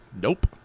Nope